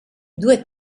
due